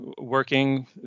working